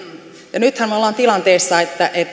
ja nythän me olemme tilanteessa